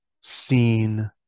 seen